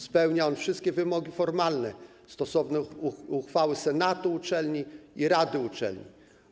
Spełnia on wszystkie wymogi formalne, stosownie do uchwał senatu uczelni i rady uczelni.